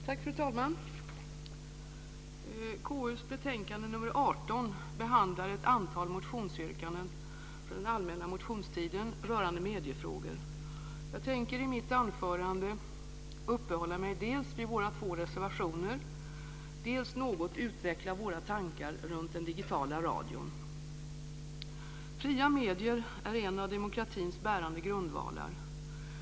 Fru talman! KU:s betänkande nr 18 behandlar ett antal motionsyrkanden från den allmänna motionstiden rörande mediefrågor. Jag tänker i mitt anförande uppehålla mig dels vid våra två reservationer, dels något utveckla våra tankar runt den digitala radion. Fria medier är en av demokratins bärande grundvalar.